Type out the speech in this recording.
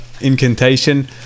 incantation